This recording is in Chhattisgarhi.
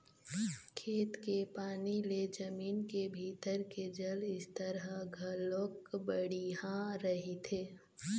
खेत के पानी ले जमीन के भीतरी के जल स्तर ह घलोक बड़िहा रहिथे